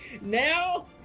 Now